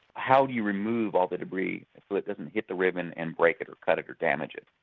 how do you remove all the debris so it doesn't hit the ribbon and break it, or cut it or damage it.